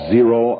Zero